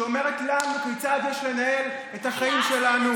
שאומרת לנו כיצד יש לנהל את החיים שלנו,